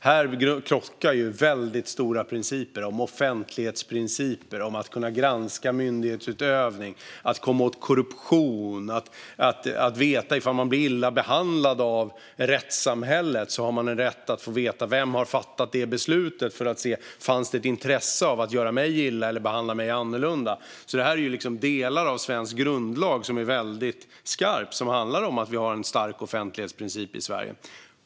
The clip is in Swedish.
Här krockar väldigt stora principer om offentlighet, om att kunna granska myndighetsutövning, om att komma åt korruption och om att jag om jag blir illa behandlad av rättssamhället har rätt att få veta vem som fattat beslutet för att se om det fanns ett intresse av att göra mig illa eller behandla mig annorlunda. Det rör sig om delar av svensk grundlag som är väldigt skarpa och handlar om att vi har en stark offentlighetsprincip i Sverige.